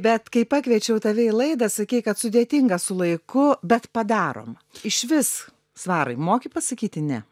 bet kai pakviečiau tave į laidą sakei kad sudėtinga su laiku bet padarom išvis svarai moki pasakyti ne